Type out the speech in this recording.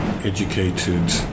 educated